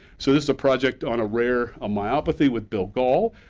so this is a project on a rare ah myopathy with bill gull